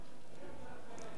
ברשות יושב-ראש הישיבה,